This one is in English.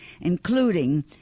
including